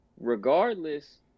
regardless